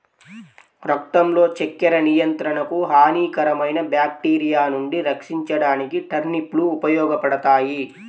రక్తంలో చక్కెర నియంత్రణకు, హానికరమైన బ్యాక్టీరియా నుండి రక్షించడానికి టర్నిప్ లు ఉపయోగపడతాయి